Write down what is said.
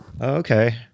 Okay